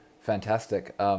fantastic